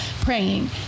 praying